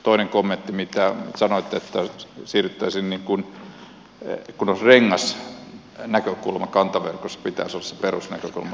toinen kommentti mitä sanoitte että siirryttäisiin niin kuin olisi rengasnäkökulma kantaverkossa sen pitäisi olla perusnäkökulma